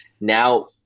now